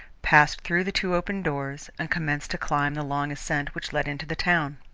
passed through the two open doors and commenced to climb the long ascent which led into the town.